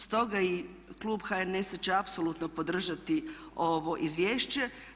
Stoga i klub HNS-a će apsolutno podržati ovo izvješće.